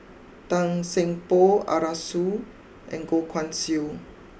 Tan Seng Poh Arasu and Goh Guan Siew